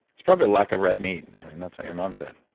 it's probably lack of red meat and that's what your mom said